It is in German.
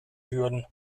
würden